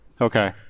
Okay